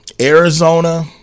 Arizona